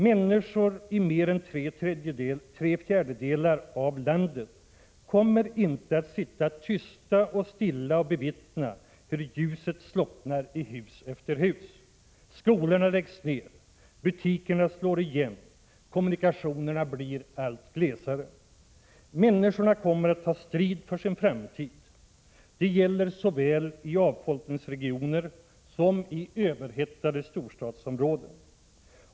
Människor i mer än tre fjärdedelar av landet kommer inte att sitta tysta och stilla och bevittna hur ljuset slocknar i hus efter hus, skolorna läggs ner, butikerna slår igen, kommunikationerna blir allt glesare. Människorna kommer att ta strid för sin framtid. Det gäller såväl i avfolkningsregioner som i överhettade storstadsområden.